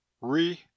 Re